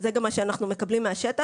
זה גם מה שאנחנו מקבלים מהשטח.